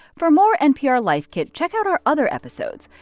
for more npr life kit, check out our other episodes.